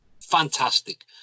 Fantastic